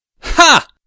Ha